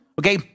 okay